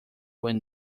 when